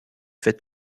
fait